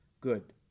good